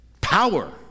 Power